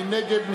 מי נגד?